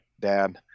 Dad